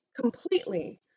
completely